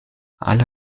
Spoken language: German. alle